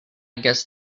guess